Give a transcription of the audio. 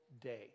day